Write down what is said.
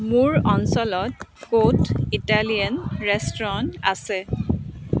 মোৰ অঞ্চলত ক'ত ইটালিয়ান ৰেষ্টুৰেণ্ট আছে